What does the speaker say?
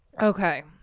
okay